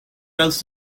does